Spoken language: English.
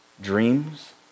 dreams